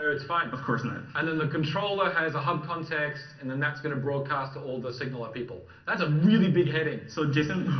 so it's fine. of course not. and then the controller has a hub context and that's going to broadcast to all the signaler people. that's a really big heading. so json,